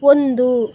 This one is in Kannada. ಒಂದು